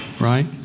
right